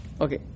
Okay